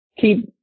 Keep